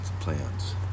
plans